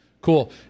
Cool